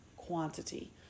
Quantity